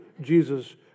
Jesus